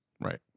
Right